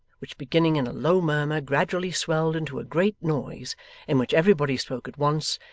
which beginning in a low murmur gradually swelled into a great noise in which everybody spoke at once,